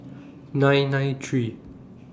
nine nine three